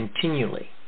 continually